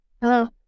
Hello